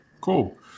Cool